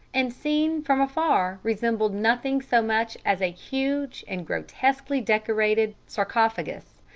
and seen from afar resembled nothing so much as a huge and grotesquely decorated sarcophagus.